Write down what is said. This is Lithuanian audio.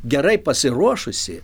gerai pasiruošusi